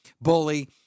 Bully